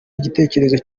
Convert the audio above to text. igitekerezo